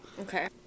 okay